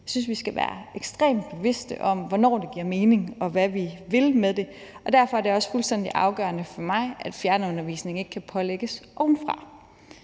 Jeg synes, vi skal være ekstremt bevidste om, hvornår det giver mening, og hvad vi vil med det, og derfor er det også fuldstændig afgørende for mig, at fjernundervisning ikke kan pålægges ovenfra.